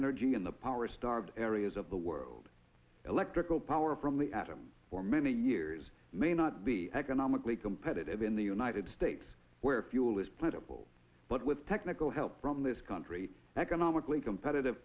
energy in the power starved areas of the world electrical power from the atom for many years may not be economically competitive in the united states where fuel is plentiful but with technical help from this country economically competitive